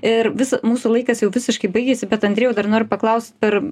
ir visa mūsų laikas jau visiškai baigėsi bet andrejau dar noriu paklaust per